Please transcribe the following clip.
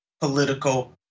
political